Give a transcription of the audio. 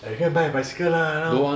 eh you go and buy a bicycle lah now